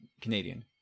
Canadian